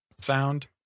sound